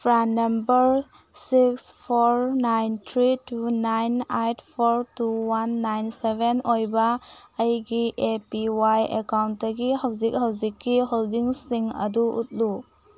PRAN number six four nine three two nine eight four two one nine seven ꯑꯣꯏꯕ ꯑꯩꯒꯤ A P Y ꯑꯦꯀꯥꯎꯟꯇꯒꯤ ꯍꯧꯖꯤꯛ ꯍꯧꯖꯤꯛꯀꯤ ꯍꯣꯜꯗꯤꯡꯁꯤꯡ ꯑꯗꯨ ꯎꯠꯂꯨ